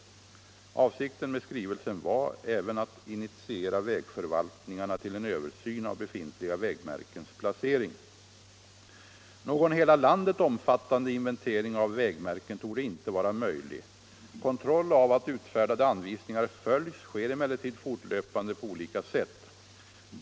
Avsikten med skrivelsen var även att initiera vägförvaltningarna till en översyn av befintliga väg märkens placering. Någon hela landet omfattande inventering av vägmärken torde inte vara möjlig. Kontroll av att utfärdade anvisningar följs sker emellertid fortlöpande på olika sätt.